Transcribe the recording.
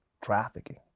trafficking